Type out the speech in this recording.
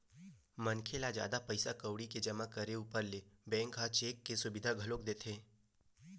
मनखे ल जादा पइसा कउड़ी के जमा करे ऊपर ले बेंक ह चेक के सुबिधा घलोक देथे